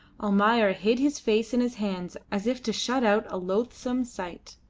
almayer hid his face in his hands as if to shut out a loathsome sight.